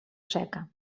seca